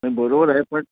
नाही बरोबर आहे पण